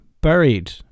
buried